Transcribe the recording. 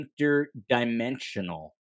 interdimensional